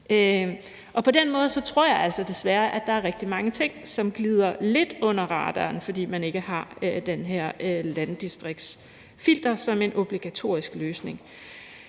På den måde tror jeg altså desværre, at der er rigtig mange ting, som glider lidt under radaren, fordi man ikke har det her landdistriktsfilter som en obligatorisk løsning.